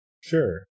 sure